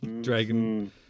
Dragon